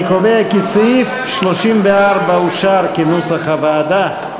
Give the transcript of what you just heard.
אני קובע כי סעיף 34 אושר כנוסח הוועדה.